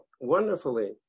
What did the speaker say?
wonderfully